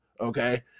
okay